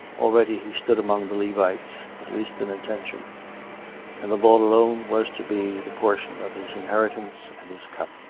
already he stood among the levites, at least in intention and the lord alone was to be the portion of his inheritance and his cup.